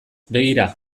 begira